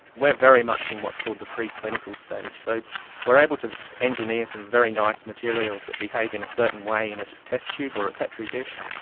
we are very much in what's called the preclinical stage. so we are able to engineer some very nice materials that behave in a certain way in a test-tube or a petri dish.